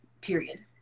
period